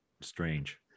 strange